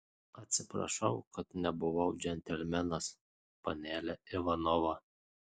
atsiprašau kad nebuvau džentelmenas panele ivanova